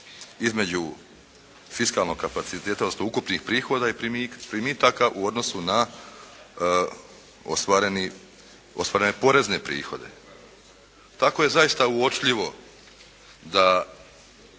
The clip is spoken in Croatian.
između fiskalnog kapaciteta, odnosno ukupnih prihoda i primitaka u odnosu na ostvarene porezne prihode. Tako je zaista uočljivo da